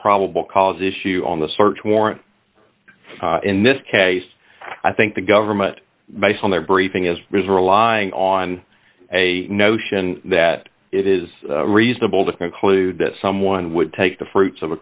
probable cause issue on the search warrant in this case i think the government based on their briefing is relying on a notion that it is reasonable to conclude that someone would take the fruits of a